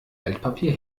altpapier